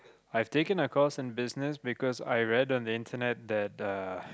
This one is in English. I've taken a course in business because I read on the internet that the